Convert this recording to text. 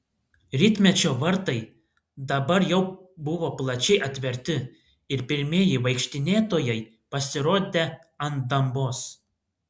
rytmečio vartai dabar jau buvo plačiai atverti ir pirmieji vaikštinėtojai pasirodė ant dambos